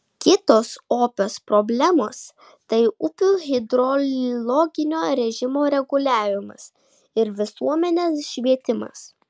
kitos opios problemos tai upių hidrologinio režimo reguliavimas ir visuomenės švietimas